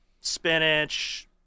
spinach